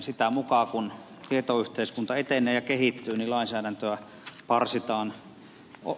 sitä mukaa kun tietoyhteiskunta etenee ja kehittyy niin lainsäädäntöä parsitaan